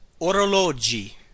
orologi